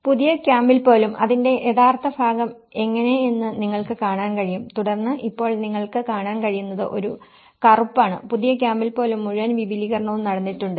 പുതിയ ക്യാമ്പിൽ പോലും അതിന്റെ യഥാർത്ഥ ഭാഗം എങ്ങനെയെന്ന് നിങ്ങൾക്ക് കാണാൻ കഴിയും തുടർന്ന് ഇപ്പോൾ നിങ്ങൾക്ക് കാണാൻ കഴിയുന്നത് ഒരു കറുപ്പാണ് പുതിയ ക്യാമ്പിൽ പോലും മുഴുവൻ വിപുലീകരണങ്ങളും നടന്നിട്ടുണ്ട്